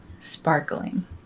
sparkling